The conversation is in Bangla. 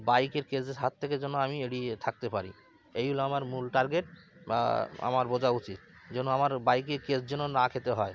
বাইকের কেসের হাত থেকে যেন আমি এড়িয়ে থাকতে পারি এই হলো আমার মূল টার্গেট বা আমার বোঝা উচিত যেন আমার বাইকে কেস যেন না খেতে হয়